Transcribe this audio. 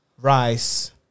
Rice